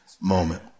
moment